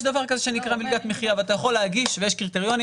יש דבר כזה שנקרא מלגת מחיה ואתה יכול להגיש ויש קריטריונים